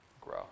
grow